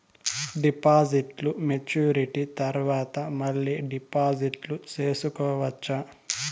డిపాజిట్లు మెచ్యూరిటీ తర్వాత మళ్ళీ డిపాజిట్లు సేసుకోవచ్చా?